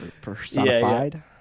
Personified